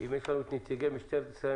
יש לנו את נציגי משטרת ישראל,